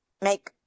make